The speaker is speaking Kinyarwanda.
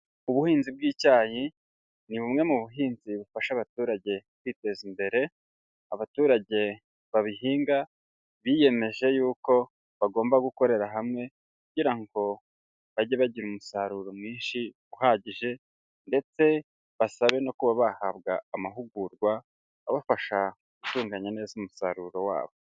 Ubuhinzi bw'icyayi ni bumwe mu buhinzi bufasha abaturage kwiteza imbere, abaturage babihinga biyemeje yuko bagomba gukorera hamwe kugira ngo bajye bagira umusaruro mwinshi uhagije ndetse basabe no kuba bahabwa amahugurwa abafasha gutunganya neza umusaruro wabo.